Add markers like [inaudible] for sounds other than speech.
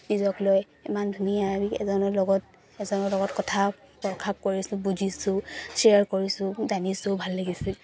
নিজক লৈ ইমান ধুনীয়া এজনৰ লগত এজনৰ লগত কথা [unintelligible] কৰিছো বুজিছো শ্বেয়াৰ কৰিছো জানিছো ভাল লাগিছিল